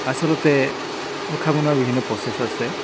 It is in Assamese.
আচলতে মুখা বনোৱাৰ বিভিন্ন প্ৰচেছ আছে